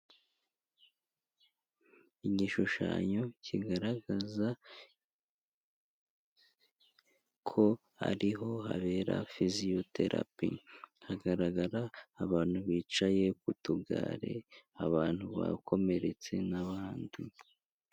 Igishushanyo kigaragaza ko ariho habera fiziyoterapi, hagaragara abantu bicaye ku tugare, abantu bakomeretse n'abandi.